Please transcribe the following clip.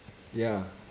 ya